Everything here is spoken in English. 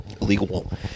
illegal